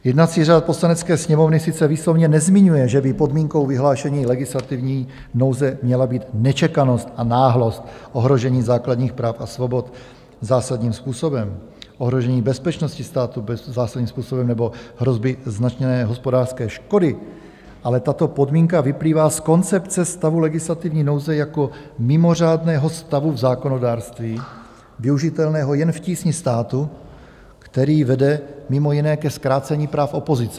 Jednací řád Poslanecké sněmovny sice výslovně nezmiňuje, že by podmínkou vyhlášení legislativní nouze měla být nečekanost a náhlost ohrožení základních práv a svobod zásadním způsobem, ohrožení bezpečnosti státu zásadním způsobem nebo hrozby značné hospodářské škody, ale tato podmínka vyplývá z koncepce stavu legislativní nouze jako mimořádného stavu v zákonodárství využitelného jen v tísni státu, který vede mimo jiné ke zkrácení práv opozice.